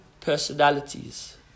personalities